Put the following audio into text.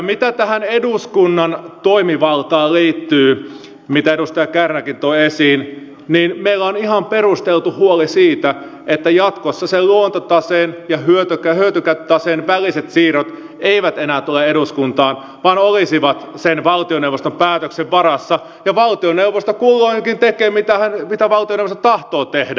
mitä tähän eduskunnan toimivaltaan tulee mitä edustaja kärnäkin toi esiin niin meillä on ihan perusteltu huoli siitä että jatkossa luontotaseen ja hyötykäyttötaseen väliset siirrot eivät enää tule eduskuntaan vaan ne olisivat valtioneuvoston päätöksen varassa ja valtioneuvosto kulloinkin tekee mitä valtioneuvosto tahtoo tehdä